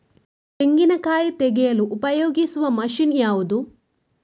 ತೆಂಗಿನಕಾಯಿ ತೆಗೆಯಲು ಉಪಯೋಗಿಸುವ ಮಷೀನ್ ಯಾವುದು?